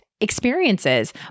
experiences